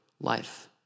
life